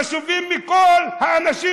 חשובים מכל האנשים,